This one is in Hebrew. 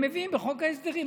הם מביאים בחוק ההסדרים.